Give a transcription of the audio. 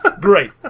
Great